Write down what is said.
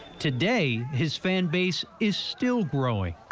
today his fan base is still growing.